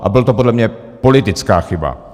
A byla to podle mě politická chyba.